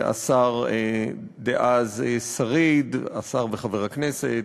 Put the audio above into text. השר דאז שריד, השר וחבר הכנסת,